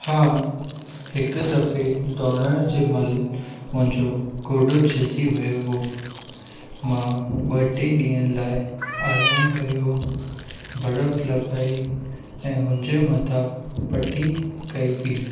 हा हिकु दफ़े दौड़ण जे महिल मुंहिंजो ॻोॾो छिलजी वयो हो मां ॿ टे ॾींहनि लाइ आराम कयो बरफ लॻाई ऐं हुन जे मथां पटी क हुई